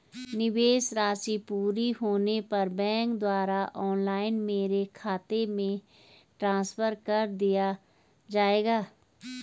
निवेश राशि पूरी होने पर बैंक द्वारा ऑनलाइन मेरे खाते में ट्रांसफर कर दिया जाएगा?